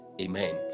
amen